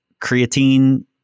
creatine